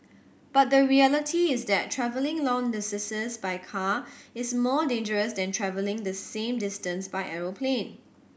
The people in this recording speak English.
but the reality is that travelling long distances by car is more dangerous than travelling the same distance by aeroplane